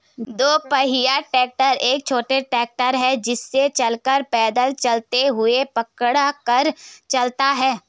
दो पहिया ट्रैक्टर एक छोटा ट्रैक्टर है जिसे चालक पैदल चलते हुए पकड़ कर चलाता है